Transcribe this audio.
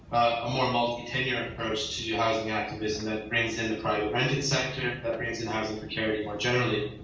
a more multi tenure approach to housing activism that brings in private renting sector, that brings in housing precarity more generally.